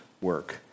work